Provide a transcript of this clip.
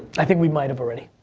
i think we might of already.